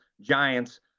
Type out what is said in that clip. Giants